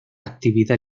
actividad